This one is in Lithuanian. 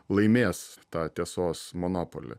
laimės tą tiesos monopolį